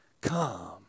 come